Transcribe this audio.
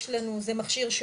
זה מכשיר